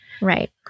right